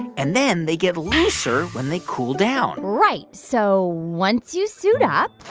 and then they get looser when they cool down right. so once you suit up,